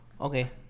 Okay